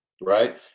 Right